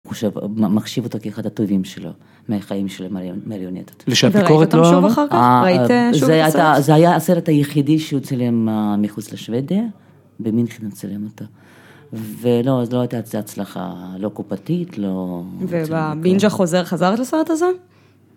הוא עכשיו מחשיב אותו כאחד הטובים שלו, מהחיים שלו מרעיוניות. וראית אותו שוב אחר כך? זה היה הסרט היחידי שהוא צילם מחוץ לשוודיה, במינכן צילם אותו. ולא, זו לא הייתה הצלחה לא קופתית, לא... ובנינג'ה חזרת לסרט הזה?